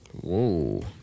Whoa